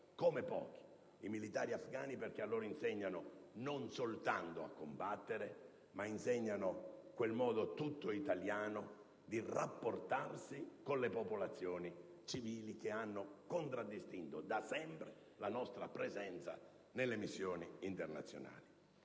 come pochi - i militari afgani, perché a loro insegnano non soltanto a combattere, ma insegnano quel modo tutto italiano di rapportarsi con le popolazioni civili che ha contraddistinto da sempre la nostra presenza nelle missioni internazionali.